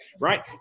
Right